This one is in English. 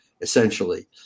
essentially